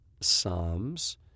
Psalms